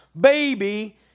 baby